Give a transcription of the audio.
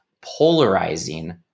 polarizing